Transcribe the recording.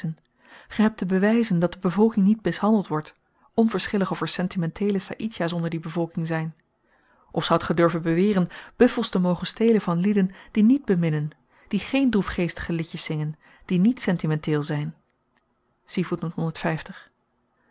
ge hebt te bewyzen dat de bevolking niet mishandeld wordt onverschillig of er sentimenteele saïdjahs onder die bevolking zyn of zoudt ge durven beweren buffels te mogen stelen van lieden die niet beminnen die geen droefgeestige liedjes zingen die niet sentimenteel zyn